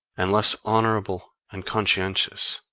and less honorable and conscientious.